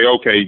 okay